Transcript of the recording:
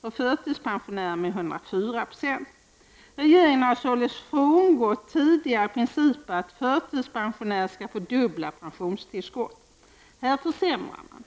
och till förtidspensionärer med 104 26. Regeringen har således frångått tidigare principer att förtidspensionärer skall få dubbla pensionstillskott. Här försämrar regeringen.